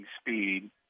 speed